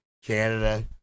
canada